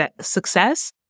success